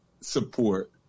support